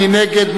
מי נגד?